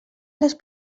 les